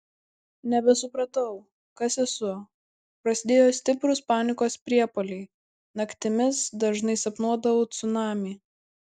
nebesupratau kas esu prasidėjo stiprūs panikos priepuoliai naktimis dažnai sapnuodavau cunamį